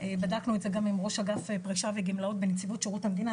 בדקנו את זה גם עם ראש אגף פרישה וגמלאות וגם מול נציבות שירות המדינה,